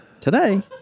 Today